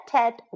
Ted